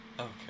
Okay